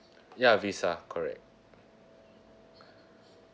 ya visa correct